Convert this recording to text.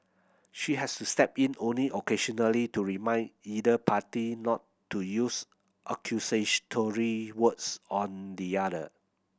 she has to step in only occasionally to remind either party not to use accusatory words on the other